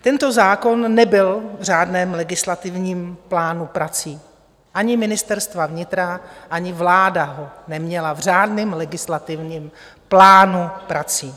Tento zákon nebyl v řádném legislativním plánu prací ani Ministerstva vnitra, ani vláda ho neměla v řádném legislativním plánu prací.